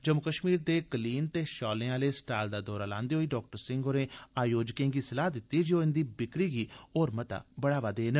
जम्मू कश्मीर दे कलीन ते शालें आह्ले स्टाल दा दौरा लांदे होई डाक्टर सिंह होरें आयोजकें गी सलाह् दित्ती जे ओह् इंदी बिक्री गी होर मता बढ़ावा देन